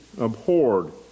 abhorred